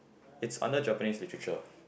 it's under Japanese literature